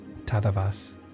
Tadavas